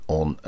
on